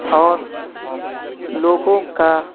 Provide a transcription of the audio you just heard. اور لوگوں کا